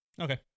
Okay